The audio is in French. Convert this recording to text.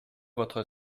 votre